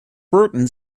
burton